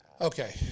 Okay